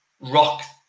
rock